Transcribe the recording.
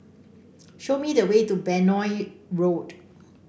show me the way to Benoi Road